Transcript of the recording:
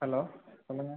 hello சொல்லுங்கள்